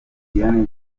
diane